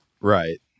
Right